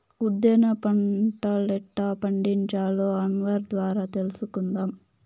ఉద్దేన పంటలెట్టా పండించాలో అన్వర్ ద్వారా తెలుసుకుందాం